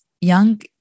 young